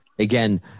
Again